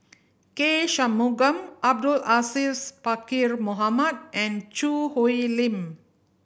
K Shanmugam Abdul Aziz Pakkeer Mohamed and Choo Hwee Lim